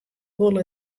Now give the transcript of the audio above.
wol